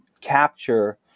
capture